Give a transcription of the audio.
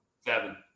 Seven